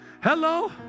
Hello